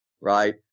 right